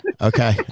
okay